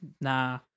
Nah